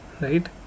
Right